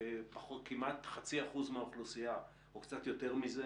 כמעט 0.5% מהאוכלוסייה או קצת יותר מזה